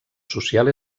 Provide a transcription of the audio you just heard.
social